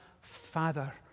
Father